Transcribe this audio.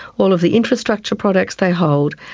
all of the infrastructure products they hold,